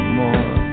more